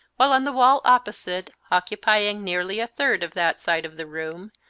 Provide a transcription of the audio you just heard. while on the wall opposite, occupying nearly a third of that side of the room,